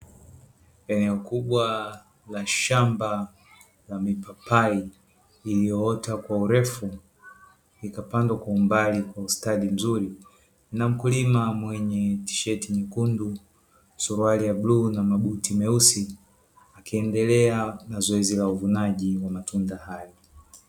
Eneo kubwa la shamba la mipapai, iliyoota kwa urefu, ikapandwa kwa umbali na ustadi mzuri, na mkulima mwenye tisheti nyekundu, suruali ya bluu na mabuti meusi, akiendelea na zoezi la uvunaji wa matunda hayo.